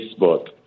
Facebook